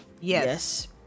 Yes